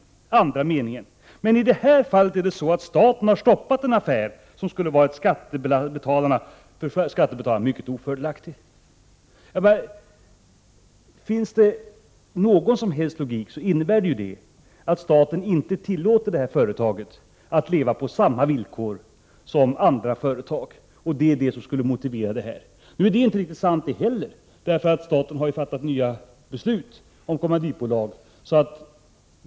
Sedan kommer andra meningen: Men i det här fallet har staten stoppat en affär som Finns det någon som helst logik måste det vara så att staten inte tillåter det 15 december 1988 här företaget att leva på samma villkor som andra företag, vilket skulle vara motivet här. Detta är emellertid inte heller riktigt sant. Staten har ju fattat nya beslut om kommanditbolag.